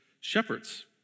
shepherds